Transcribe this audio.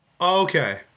Okay